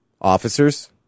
officers